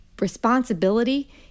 responsibility